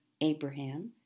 Abraham